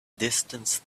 distance